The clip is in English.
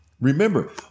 Remember